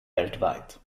weltweit